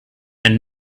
and